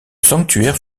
sanctuaire